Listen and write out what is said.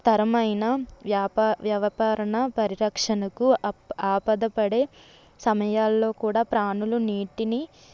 స్థిరమైన వ్యాపా వ్యాపార పరిరక్షణకు ఆప ఆపద పడే సమయాలలో కూడా ప్రాణులు నీటిని